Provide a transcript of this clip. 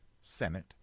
Senate